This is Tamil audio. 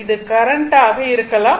இது கரண்ட் ஆக இருக்கலாம்